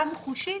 גם חושית,